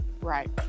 right